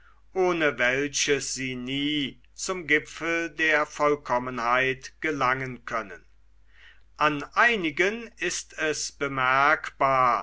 ohne welches sie nie zum gipfel der vollkommenheit gelangen können an einigen ist es bemerkbar